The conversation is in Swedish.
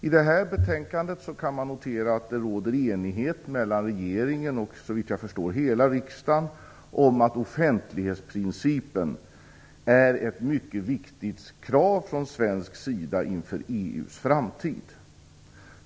I det här betänkandet kan man notera att det råder enighet mellan regeringen och hela riksdagen, såvitt jag förstår, om att offentlighetsprincipen är ett mycket viktigt krav från svensk sida inför EU:s framtid.